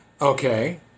Okay